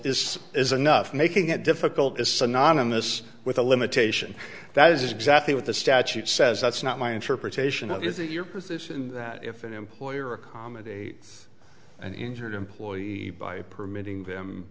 is is enough making it difficult is synonymous with a limitation that is exactly what the statute says that's not my interpretation of is it your position that if an employer accommodate an injured employee by permitting them